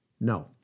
No